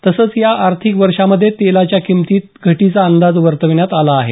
तसंच या आर्थिक वर्षामध्ये तेलाच्या किमतीत घटीचा अंदाज वर्तवण्यात आला आहे